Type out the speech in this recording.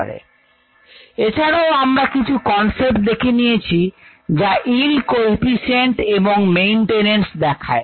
rpαrxβx এছাড়াও আমরা কিছু কনসেপ্ট দেখে নিয়েছি যা yield কোইফিশিয়েন্ট এবং মেইনটেনেন্স দেখায়